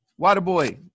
Waterboy